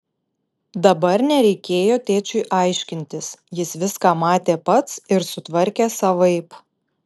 dabar nereikėjo tėčiui aiškintis jis viską matė pats ir sutvarkė savaip